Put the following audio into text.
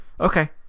Okay